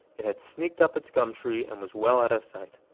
it had sneaked up its gum tree and was well out of sight.